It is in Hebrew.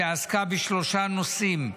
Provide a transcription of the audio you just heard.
שעסקה בשלושה נושאים: